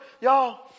y'all